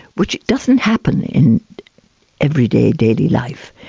which doesn't happen in everyday daily life,